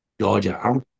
Georgia